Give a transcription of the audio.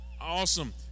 Awesome